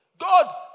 God